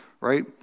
Right